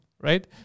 Right